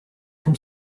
from